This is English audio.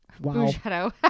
wow